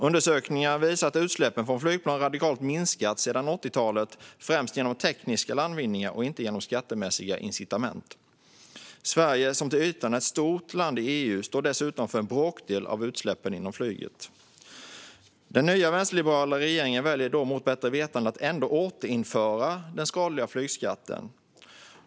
Undersökningar visar att utsläppen från flygplan radikalt har minskat sedan 80-talet, främst genom tekniska landvinningar, inte genom skattemässiga incitament. Sverige, som till ytan är ett stort land i EU, står dessutom för en bråkdel av utsläppen inom flyget. Den nya vänsterliberala regeringen väljer då mot bättre vetande att återinföra den skadliga flygskatten.